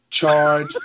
Charge